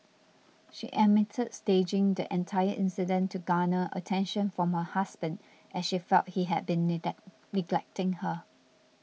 she admitted staging the entire incident to garner attention from her husband as she felt he had been neglecting her